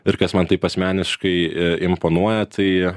ir kas man taip asmeniškai i imponuoja tai